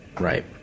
Right